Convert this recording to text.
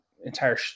entire